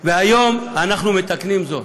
והיום אנחנו מתקנים זאת.